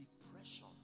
depression